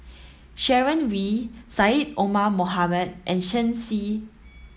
Sharon Wee Syed Omar Mohamed and Shen Xi